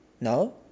No